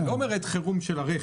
אני לא מדבר על עת חירום של הרכב.